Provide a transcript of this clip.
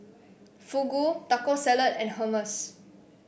Fugu Taco Salad and Hummus